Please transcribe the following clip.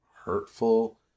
hurtful